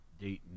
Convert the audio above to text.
Dayton